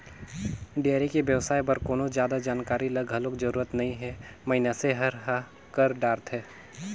dairy के बेवसाय बर कोनो जादा जानकारी के घलोक जरूरत नइ हे मइनसे मन ह कर डरथे